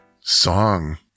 song